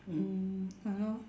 mm !hannor!